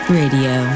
radio